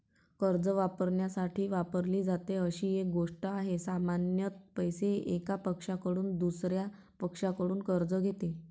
कर्ज वापरण्यासाठी वापरली जाते अशी एक गोष्ट आहे, सामान्यत पैसे, एका पक्षाकडून दुसर्या पक्षाकडून कर्ज घेते